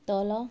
ତଳ